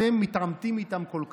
אתם מתעמתים איתם כל כך?